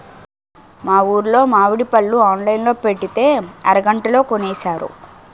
మా ఊరులో మావిడి పళ్ళు ఆన్లైన్ లో పెట్టితే అరగంటలో కొనేశారు